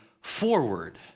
forward